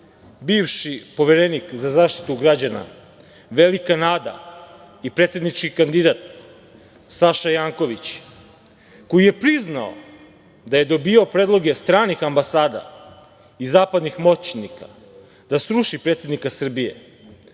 bivši Poverenik za zaštitu građana, velika nada i predsednički kandidat, Saša Janković, koji je priznao da je dobijao predloge stranih ambasada i zapadnih moćnika da sruši predsednika Srbije,